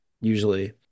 usually